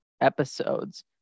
episodes